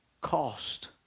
cost